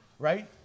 Right